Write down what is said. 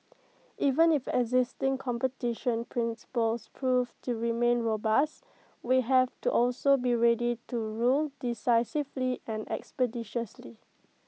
even if existing competition principles prove to remain robust we have to also be ready to rule decisively and expeditiously